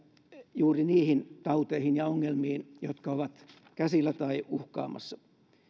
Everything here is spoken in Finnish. juuri niihin tauteihin ja ongelmiin jotka ovat käsillä tai uhkaamassa